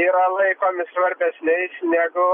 yra laikomi svarbesniais negu